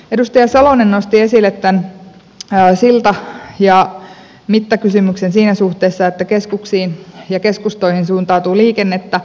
edustaja salonen nosti esille tämän silta ja mittakysymyksen siinä suhteessa että keskuksiin ja keskustoihin suuntautuu liikennettä